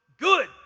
good